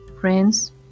Friends